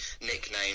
nickname